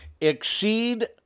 exceed